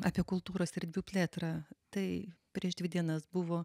apie kultūros erdvių plėtrą tai prieš dvi dienas buvo